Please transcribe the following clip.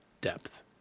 depth